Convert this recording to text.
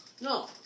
No